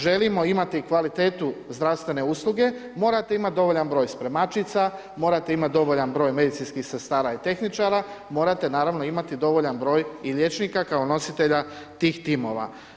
Želimo imati kvalitetu zdravstvene usluge, morate imati dovoljan broj spremačica, morate imati dovoljan broj medicinskih sredstava i tehničara, morate naravno imati i dovoljan broj i liječnika, kao nositelja tih timova.